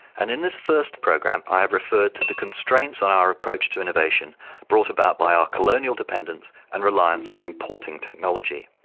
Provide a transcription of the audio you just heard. and in this first program i have referred to the constraints on our approach to innovation brought about by our colonial dependence and reliance on importing technology.